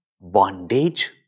bondage